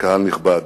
וקהל נכבד,